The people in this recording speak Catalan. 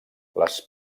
les